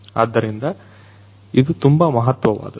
ಆದ್ದರಿಂದ ಇದು ತುಂಬಾ ಮಹತ್ವವಾದದ್ದು